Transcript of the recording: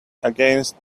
against